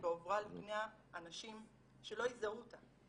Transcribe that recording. בעוברה על פני האנשים שלא יזהו אותה,